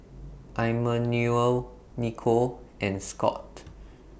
Immanuel Nikko and Scott